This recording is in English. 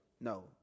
No